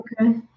Okay